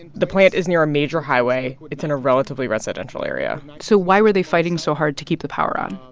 the plant is near a major highway. it's in a relatively residential area so why were they fighting so hard to keep the power on?